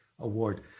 award